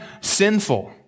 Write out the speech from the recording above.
sinful